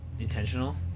Intentional